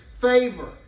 favor